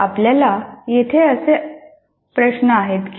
आपल्याला येथे असे प्रश्न आहेत की